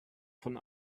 von